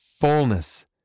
fullness